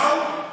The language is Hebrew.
ואו,